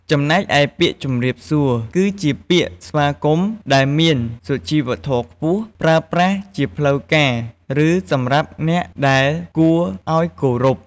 ចំណែកឯពាក្យ ជម្រាបសួរ គឺជាពាក្យស្វាគមន៍ដែលមានសុជីវធម៌ខ្ពស់ ប្រើប្រាស់ជាផ្លូវការឬសំរាប់អ្នកដែលគួរអោយគោរព។